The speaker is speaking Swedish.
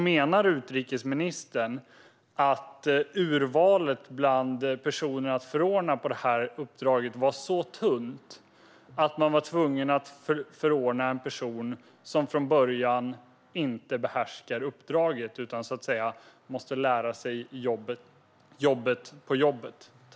Menar utrikesministern att urvalet bland personer att förordna till uppdraget var så tunt att man var tvungen att förordna en person som inte behärskar uppdraget från början utan så att säga måste lära sig jobbet på jobbet?